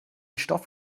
stoff